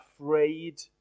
afraid